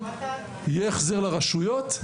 יהיה החזר לרשויות,